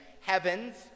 heavens